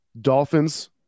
Dolphins